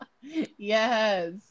Yes